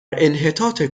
انحطاط